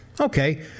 Okay